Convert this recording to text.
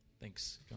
Thanks